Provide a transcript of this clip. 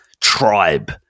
tribe